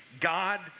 God